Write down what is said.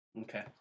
Okay